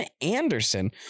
Anderson